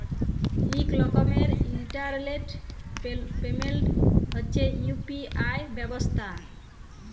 ইক রকমের internet payment হছে ইউ.পি.আই ব্যবস্থা